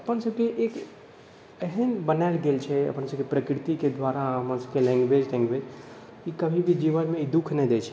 अपन सबके एक एहन बनायल गेल छै जे अपन सबके प्रकृति द्वारा अपन सबके लैंग्विज तैंगवेज ई कभी भी जीवनमे दुःख नहि दै छै